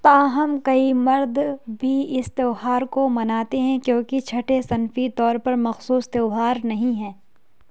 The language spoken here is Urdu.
تاہم کئی مرد بھی اس تہوار کو مناتے ہیں کیونکہ چھٹے صنفی طور پر مخصوص تہوار نہیں ہے